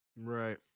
right